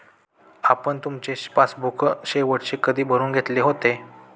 आपण तुमचे पासबुक शेवटचे कधी भरून घेतले होते?